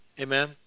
Amen